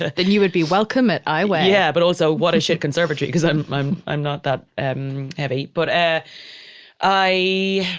then you would be welcome at i weigh yeah. but also, what a shit conservatory. because i'm, i'm, i'm not that heavy, but ah i.